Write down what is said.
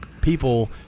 people